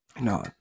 No